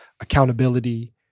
accountability